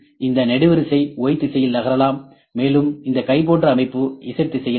இந்த நெடுவரிசை Y திசையில் நகரலாம் மேலும் இந்த கை போன்ற அமைப்பு Z திசையில் நகரும்